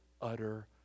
utter